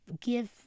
give